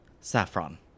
Saffron